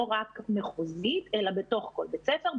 לא רק מחוזית אלא בתוך כל בית ספר,